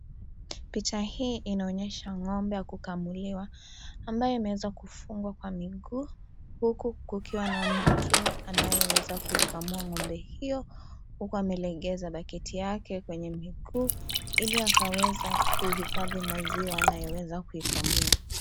Picha hii inaonyesha ngombe ya kukamuliwa ambaye imeanza kufungwa miguu, huku kukiwa na mtu anayeweza kuikamua ngombe hiyo, huko amelegeza baketi yake kwenye miguu, ili akaweza kuhifadhi maziwa anayoweza kuikamua.